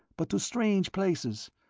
but to strange places,